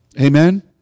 Amen